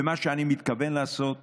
מה שאני מתכוון לעשות